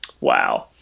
Wow